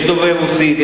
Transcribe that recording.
יש דוברי רוסית,